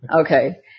Okay